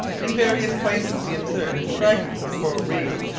in various places we observed fragments of coral reef,